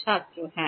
ছাত্র হ্যাঁ